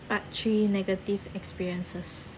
part three negative experiences